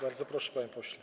Bardzo proszę, panie pośle.